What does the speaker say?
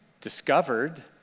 discovered